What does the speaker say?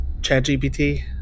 ChatGPT